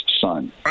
son